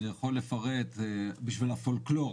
אני יכול לפרט בשביל הפולקלור,